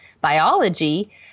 biology